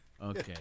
Okay